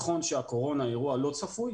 נכון שהקורונה היא אירוע לא צפוי,